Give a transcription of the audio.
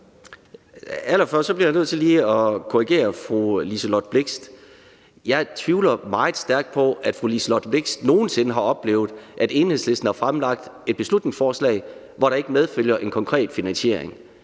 Allerførst bliver jeg nødt til lige at korrigere fru Liselott Blixt. Jeg tvivler meget stærkt på, at fru Liselott Blixt nogen sinde har oplevet, at Enhedslisten har fremsat et beslutningsforslag, hvor der ikke medfølger en konkret finansiering.